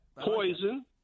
Poison